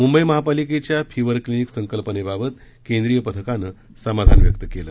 म्ंबई महापालिकेच्या fever clinic संकल्पनेबाबत केंद्रीय पथकानं समाधान व्यक्त केलं